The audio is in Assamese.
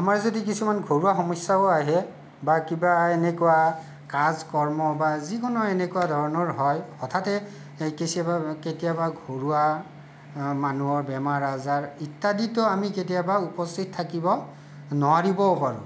আমাৰ যদি কিছুমান ঘৰুৱা সমস্যায়ো আহে বা কিবা এনেকুৱা কাজ কৰ্ম বা যিকোনো এনেকুৱা ধৰণৰ হয় হঠাতে এই কেচিয়াবা কেতিয়াবা ঘৰুৱা মানুহৰ বেমাৰ আজাৰ ইত্যাদিতো আমি কেতিয়াবা উপস্থিতআমি কেতিয়াবা উপস্থিত থকিব নোৱাৰিবও পাৰোঁ